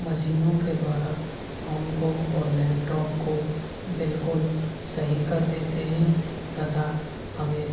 मसीनों के द्वारा फोन को ओर लेपटॉप को बिल्कुल सही कर देते हें तथा हमें